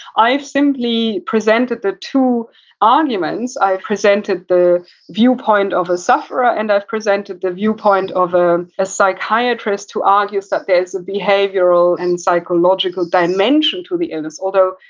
i have simply presented the two arguments. i have presented the view point of a sufferer and i've presented the view point of a a psychiatrist who argues that there's a behavioral and psychological dimension to the illness. although,